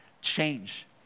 change